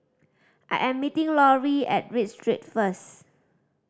I am meeting Laurie at Read Street first